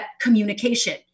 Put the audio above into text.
communication